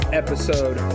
episode